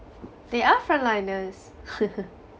they are frontliners